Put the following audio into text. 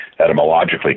etymologically